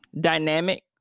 dynamic